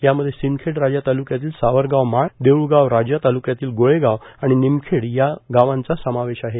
यामध्ये सिंदखेड राजा ताल्क्यातील सावरगांव माळए देऊळगाव राजा ताल्क्यातील गोळेगांव आणि निमखेड या गावांचा समावेश आहे